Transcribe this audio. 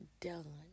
done